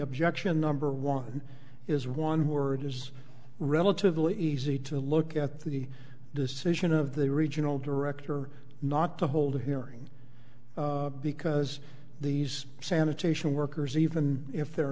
objection number one is one word is relatively easy to look at the decision of the regional director not to hold a hearing because these sanitation workers even if they